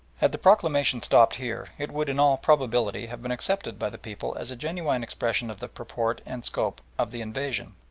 had the proclamation stopped here it would in all probability have been accepted by the people as a genuine expression of the purport and scope of the invasion,